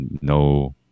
no